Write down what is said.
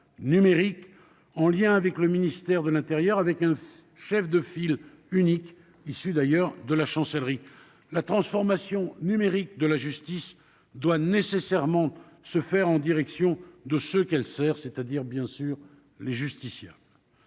numérique, en lien avec le ministère de l'intérieur. À cet effet, un chef de file unique sera issu de la Chancellerie. La transformation numérique de la justice doit également se faire en direction de ceux qu'elle sert, c'est-à-dire bien sûr des justiciables.